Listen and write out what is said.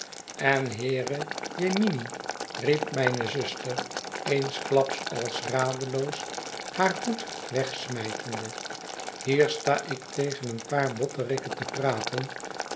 en heere je mimi riep mijne zuster eensklaps als radeloos haar hoed wegsmijtende hier sta ik tegen een paar botterikken te praten